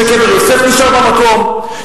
שקבר יוסף נשאר במקום,